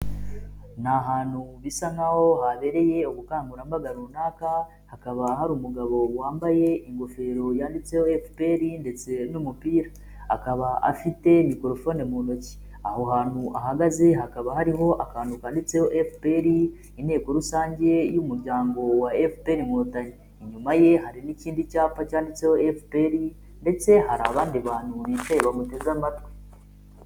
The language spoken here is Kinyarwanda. Ni ahantu bisa nk'aho habereye ubukangurambaga runaka hakaba hari umugabo wambaye ingofero yanditseho FPR ndetse n'umupira akaba afite mikorofone mu ntoki, aho hantu ahagaze hakaba hariho akantu kanditseho FPR, inteko rusange y'umuryango wa FPR Inkotanyi, inyuma ye hari n'ikindi cyapa cyanditseho FPR ndetse hari abandi bantu bicaye bamuteze amatwi.